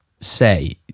say